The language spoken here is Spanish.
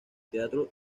teatro